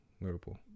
liverpool